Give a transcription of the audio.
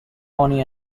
bonnie